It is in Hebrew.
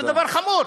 זה דבר חמור.